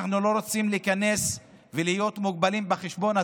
אנחנו לא רוצים להיכנס ולהיות מוגבלים בחשבון.